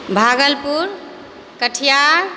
Bhagalpur Katihar